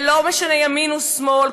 ולא משנה ימין ושמאל,